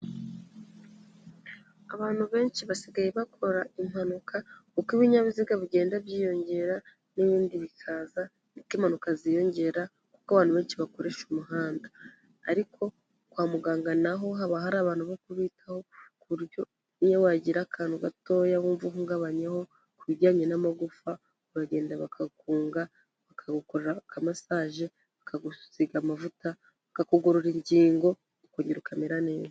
Abantu benshi basigaye bakora impanuka uko ibinyabiziga bigenda byiyongera n'ibindi bikaza niko impanuka ziyongera kuko abantu benshi bakoresha umuhanda, ariko kwa muganga naho haba hari abantu bo kubitaho ku buryo niyo wagira akantu gatoya wumva uhungabanyaho ku bijyanye n'amagufa, uragenda bakaguga bakagukora aka masaje, bakagusiga amavuta bakakugorora ingingo ukagira ukamera neza.